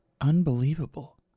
Unbelievable